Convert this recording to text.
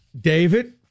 David